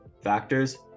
Factors